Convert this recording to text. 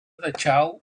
dachau